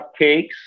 cupcakes